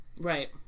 right